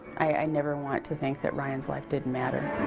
i never want to think that ryan's life didn't matter,